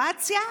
הסיטואציה?